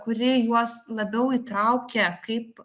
kuri juos labiau įtraukia kaip